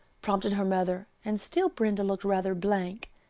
prompted her mother, and still brenda looked rather blank.